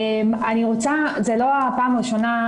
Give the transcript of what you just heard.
זו לא הפעם הראשונה,